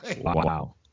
Wow